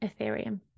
Ethereum